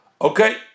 Okay